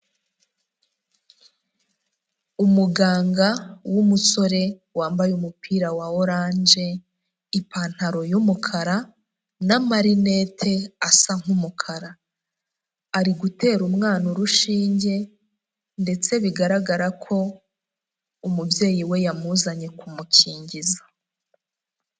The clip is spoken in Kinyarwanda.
Umuganga w'umusore wambaye umupira wa oranje, ipantaro y'umukara n'amarinete asa nk'umukara, ari gutera umwana urushinge ndetse bigaragara ko umubyeyi we yamuzanye kumukingiza.